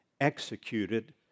executed